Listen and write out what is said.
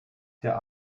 der